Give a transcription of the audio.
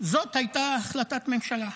זאת הייתה החלטת ממשלה.